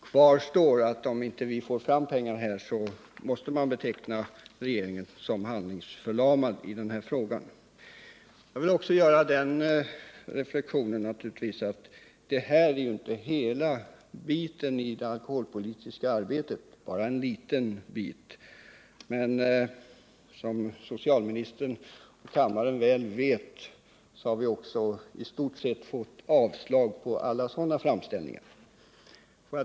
Kvar står att om vi inte får några pengar måste regeringen i denna fråga betecknas som handlingsförlamad. Jag vill också säga att det här naturligtvis inte är hela biten i det alkoholpolitiska arbetet, utan bara en liten del. Som socialministern och kammarens andra ledamöter väl vet har vi inom socialdemokratin i stort sett fått avslag på alla framställningar.